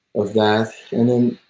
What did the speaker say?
of that. and then,